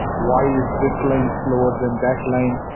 why is this line slower than that line?